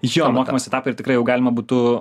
jo mokymosi etapą ir tikrai jau galima būtų